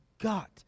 got